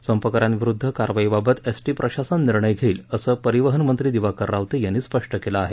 संपकऱ्यांविरुद्ध कारवाईबाबत S T प्रशासन निर्णय घेईल असं परिवहन मंत्री दिवाकर रावते यानी स्पष्ट केलं आहे